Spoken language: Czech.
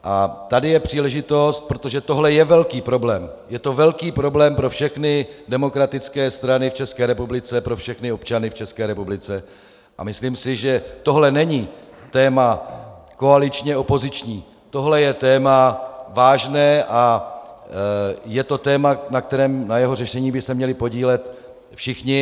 A tady je příležitost, protože tohle je velký problém, je to velký problém pro všechny demokratické strany v České republice, pro všechny občany v České republice, a myslím si, že tohle není téma koaličněopoziční, tohle je téma vážné a je to téma, na jehož řešení by se měli podílet všichni.